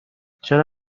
چرا